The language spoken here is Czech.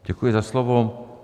Děkuji za slovo.